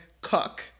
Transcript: cook